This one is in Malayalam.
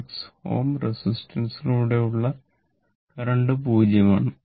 6 Ω റെസിസ്റ്റൻസ് യിലൂടെ യുള്ള കറന്റ് 0 ആണ്